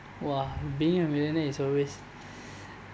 !wah! being a millionaire is always